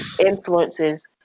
influences